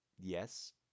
yes